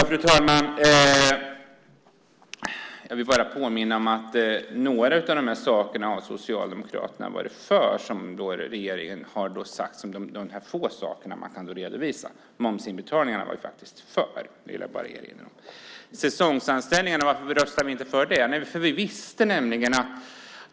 Fru talman! Jag vill bara påminna om att några av de få saker regeringen kan redovisa har Socialdemokraterna varit för. Momsinbetalningarna var vi faktiskt för, vill jag bara erinra om. Varför röstade vi inte för säsongsanställningarna?